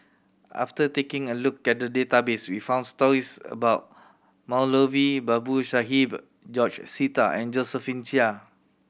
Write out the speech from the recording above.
after taking a look at the database we found stories about Moulavi Babu Sahib George Sita and Josephine Chia